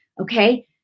okay